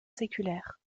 séculaire